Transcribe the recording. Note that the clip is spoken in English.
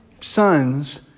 sons